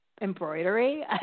embroidery